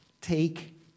take